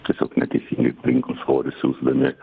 tiesiog neteisingai parinko svorį siųsdami